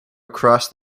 across